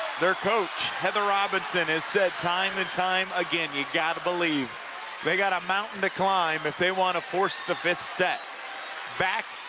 their coach, heather robinson, has said time and time again, you got to believe they got a mountain to climb if they want to force the fifth set back